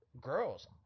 girls